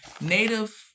Native